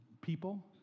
people